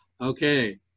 Okay